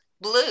blue